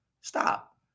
stop